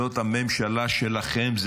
זאת הממשלה שלכם.